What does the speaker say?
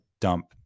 dump